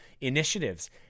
initiatives